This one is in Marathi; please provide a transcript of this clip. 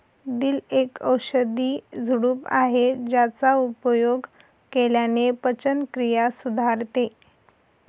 दिल एक औषधी झुडूप आहे ज्याचा उपयोग केल्याने पचनक्रिया सुधारते